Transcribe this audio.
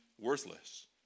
worthless